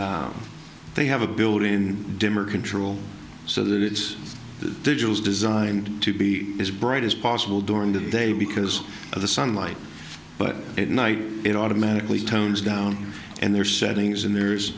like they have a built in dimmer control so that it's the vigils designed to be as bright as possible during the day because of the sunlight but it night it automatically turns down and their settings and there's